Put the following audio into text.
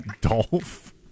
Dolph